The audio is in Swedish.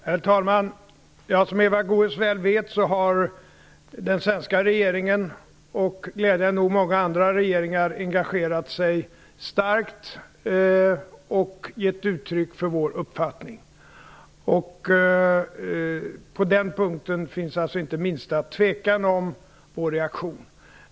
Herr talman! Som Eva Goës mycket väl vet har den svenska regeringen och glädjande nog också många andra regeringar engagerat sig starkt och givit uttryck för sin uppfattning. På den punkten finns alltså inte minsta tvekan om vår reaktion.